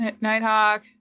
Nighthawk